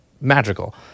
magical